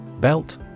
Belt